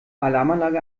alarmanlage